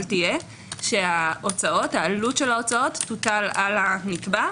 תהיה שהעלות של ההוצאות תוטל על הנתבע,